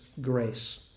Grace